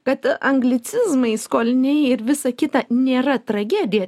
kad anglicizmai skoliniai ir visa kita nėra tragedija